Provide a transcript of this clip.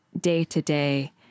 day-to-day